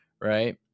right